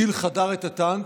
הטיל חדר את הטנק,